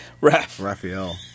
Raphael